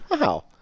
Wow